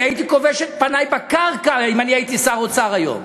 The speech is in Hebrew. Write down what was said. אני הייתי כובש את פני בקרקע אם אני הייתי שר האוצר היום.